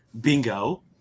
bingo